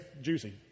juicy